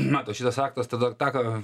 matot šitas aktas tada tą ką